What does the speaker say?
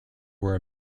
were